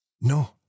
No